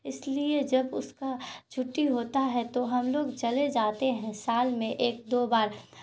اس لیے جب اس کا چھٹی ہوتا ہے تو ہم لوگ چلے جاتے ہیں سال میں ایک دو بار